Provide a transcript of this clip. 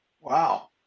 Wow